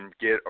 get